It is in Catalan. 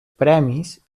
premis